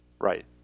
Right